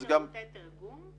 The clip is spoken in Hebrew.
נותנים שירותי תרגום?